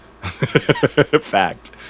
Fact